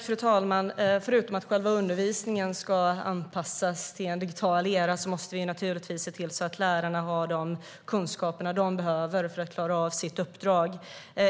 Fru talman! Förutom att själva undervisningen ska anpassas till en digital era måste vi naturligtvis se till att lärarna har de kunskaper de behöver för att klara av sitt uppdrag.